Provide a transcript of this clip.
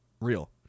real